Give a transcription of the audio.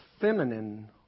feminine